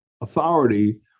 authority